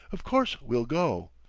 of course we'll go.